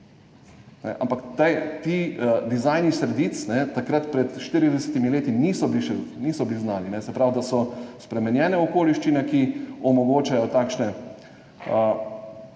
Ampak ti dizajni sredic takrat, pred 40 leti še niso bili znani. Se pravi, da so spremenjene okoliščine, ki omogočajo takšne